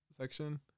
section